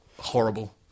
horrible